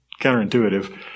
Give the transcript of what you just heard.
counterintuitive